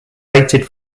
hated